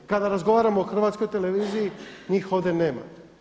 Kada razgovaramo o HRT-u njih ovdje nema.